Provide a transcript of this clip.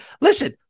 Listen